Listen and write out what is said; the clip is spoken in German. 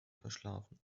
verschlafen